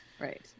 right